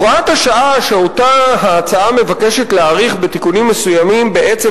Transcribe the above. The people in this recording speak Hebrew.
הוראת השעה שההצעה מבקשת להאריך בתיקונים מסוימים בעצם